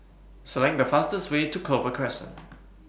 Select The fastest Way to Clover Crescent